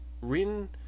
Rin